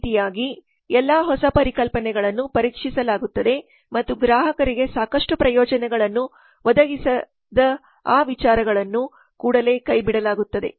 ಈ ರೀತಿಯಾಗಿ ಎಲ್ಲಾ ಹೊಸ ಪರಿಕಲ್ಪನೆಗಳನ್ನು ಪರೀಕ್ಷಿಸಲಾಗುತ್ತದೆ ಮತ್ತು ಗ್ರಾಹಕರಿಗೆ ಸಾಕಷ್ಟು ಪ್ರಯೋಜನಗಳನ್ನು ಒದಗಿಸದ ಆ ವಿಚಾರಗಳನ್ನು ಕೂಡಲೇ ಕೈಬಿಡಲಾಗುತ್ತದೆ